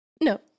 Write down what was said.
No